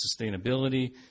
sustainability